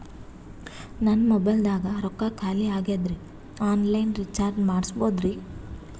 ನನ್ನ ಮೊಬೈಲದಾಗ ರೊಕ್ಕ ಖಾಲಿ ಆಗ್ಯದ್ರಿ ಆನ್ ಲೈನ್ ರೀಚಾರ್ಜ್ ಮಾಡಸ್ಬೋದ್ರಿ?